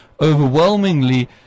overwhelmingly